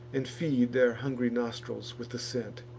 and feed their hungry nostrils with the scent.